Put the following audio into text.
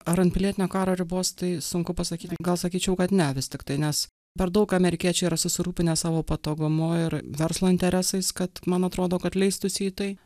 ar ant pilietinio karo ribos tai sunku pasakyti gal sakyčiau kad ne vis tiktai nes per daug amerikiečių yra susirūpinę savo patogumu ir verslo interesais kad man atrodo kad leistųsi į tai